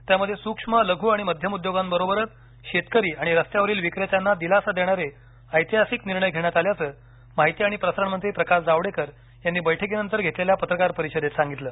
त्यामध्ये सुक्ष्म लघू आणि मध्यम उद्योगाबरोबरच शेतकरी आणि रस्त्यावरील विक्रेत्यांना दिलासा देणारे ऐतिहासिक निर्णय घेण्यात आल्याचं माहिती आणि प्रसारणमंत्री प्रकाश जावडेकर यांनी बैठकीनंतर घेतलेल्या पत्रकार परिषदेत सांगितलं